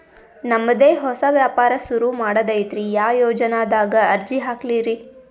ನಮ್ ದೆ ಹೊಸಾ ವ್ಯಾಪಾರ ಸುರು ಮಾಡದೈತ್ರಿ, ಯಾ ಯೊಜನಾದಾಗ ಅರ್ಜಿ ಹಾಕ್ಲಿ ರಿ?